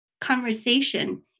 conversation